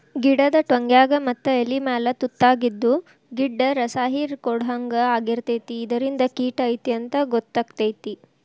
ಗಿಡದ ಟ್ವಂಗ್ಯಾಗ ಮತ್ತ ಎಲಿಮ್ಯಾಲ ತುತಾಗಿದ್ದು ಗಿಡ್ದ ರಸಾಹಿರ್ಕೊಡ್ಹಂಗ ಆಗಿರ್ತೈತಿ ಇದರಿಂದ ಕಿಟ ಐತಿ ಅಂತಾ ಗೊತ್ತಕೈತಿ